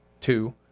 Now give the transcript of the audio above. two